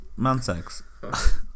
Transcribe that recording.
Mansex